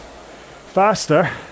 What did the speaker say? faster